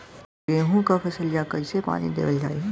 गेहूँक फसलिया कईसे पानी देवल जाई?